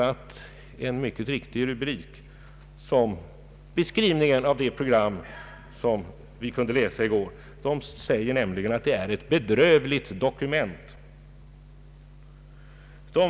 den ekonomiska politiken, m.m. gjort en mycket riktig beskrivning av det program vi kunde läsa i går. Tidningen säger nämligen att det är ett bedrövligt dokument.